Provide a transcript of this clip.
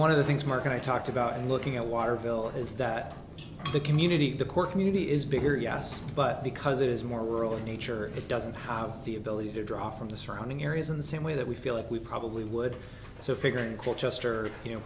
one of the things mark and i talked about looking at waterville is that the community the core community is bigger yes but because it is more world nature it doesn't have the ability to draw from the surrounding areas in the same way that we feel like we probably would so figure in court just or you know